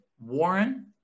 Warren